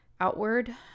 outward